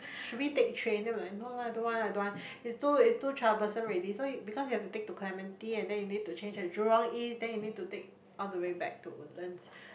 should we take train then we like no lah don't want lah don't want it's too it's too troublesome already so because you have to take to Clementi and then you have to change at Jurong-East then you need to take all the way back to Woodlands